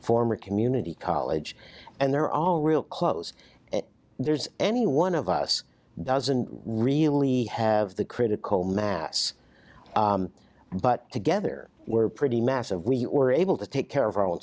form a community college and they're all real close and there's any one of us doesn't really have the critical mass but together we're pretty massive we were able to take care of our